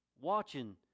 Watching